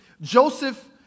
Joseph